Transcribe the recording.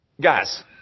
guys